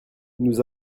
nous